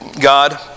God